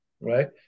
Right